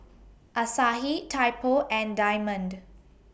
Asahi Typo and Diamond